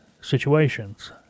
situations